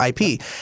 IP